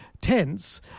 tense